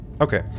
Okay